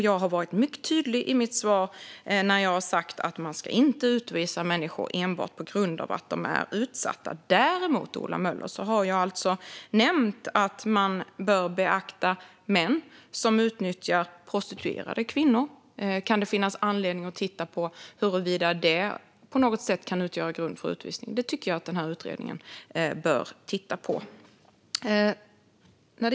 Jag har varit mycket tydlig i mitt svar när jag har sagt att man inte ska utvisa människor enbart på grund av att de är utsatta. Däremot, Ola Möller, har jag nämnt att man bör beakta män som utnyttjar prostituerade kvinnor. Kan det finnas anledning att titta på huruvida det på något sätt kan utgöra grund för utvisning? Det tycker jag att den här utredningen bör titta på.